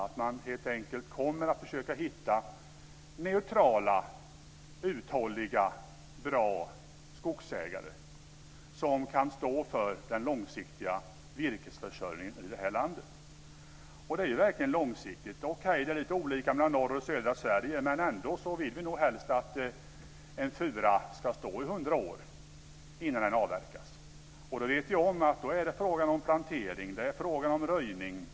Man kommer helt enkelt att försöka hitta neutrala uthålliga bra skogsägare som kan stå för den långsiktiga virkesförsörjningen i det här landet. Det är ju verkligen långsiktigt. Okej, det är lite olika i norra Sverige och i södra Sverige, men vi vill nog ändå helst att en fura ska stå i hundra år innan den avverkas. Då vet vi att det är fråga om plantering. Det är fråga om röjning.